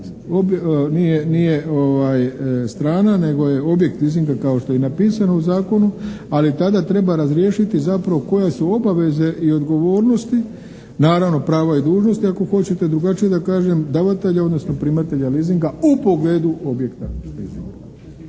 nije strana nego je objekt leasinga kao što je i napisano u zakonu, ali tada treba razriješiti zapravo koje su obaveze i odgovornosti, naravno prava i dužnosti ako hoćete drugačije da kažem, davatelja odnosno primatelja leasinga u pogledu objekta leasinga.